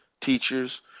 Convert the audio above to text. teachers